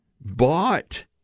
bought